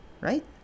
right